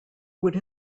would